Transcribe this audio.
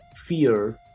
fear